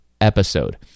episode